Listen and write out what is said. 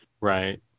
right